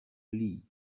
league